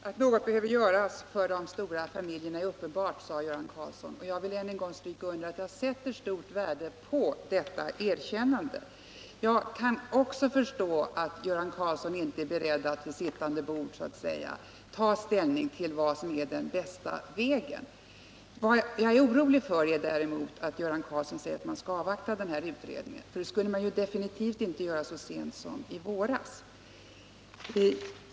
Herr talman! Det är uppenbart att något behöver göras för de stora barnfamiljerna, sade Göran Karlsson. Jag vill än en gång stryka under att jag sätter stort värde på detta erkännande. Jag kan också förstå att Göran Karlsson inte är beredd att så att säga vid sittande bord ta ställning till vad som ärden bästa vägen. Jag är däremot orolig för att Göran Karlsson säger att man skall avvakta utredningen. Det ville socialdemokraterna definitivt inte göra så sent som i våras.